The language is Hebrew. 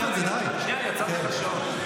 הינה, אני עוצר לך שעון.